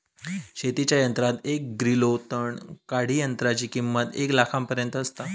शेतीच्या यंत्रात एक ग्रिलो तण काढणीयंत्राची किंमत एक लाखापर्यंत आसता